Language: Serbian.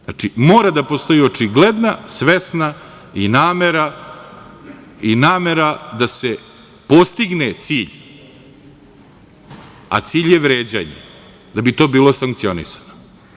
Znači, mora da postoji očigledna svesna namera da se postigne cilj, a cilj je vređanje, da bi to bilo sankcionisano.